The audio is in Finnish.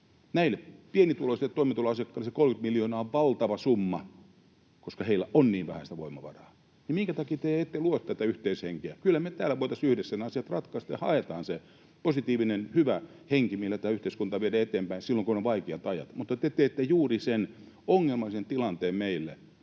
Näille pienituloisille toimeentulotukiasiakkaille se 30 miljoonaa on valtava summa, koska heillä on niin vähän sitä voimavaraa. Minkä takia te ette luo tätä yhteishenkeä? Kyllä me täällä voitaisiin yhdessä ne asiat ratkaista ja hakea se positiivinen, hyvä henki, millä tätä yhteiskuntaa viedä eteenpäin silloin, kun on vaikeat ajat. Mutta te teette juuri sen ongelmallisen tilanteen meille,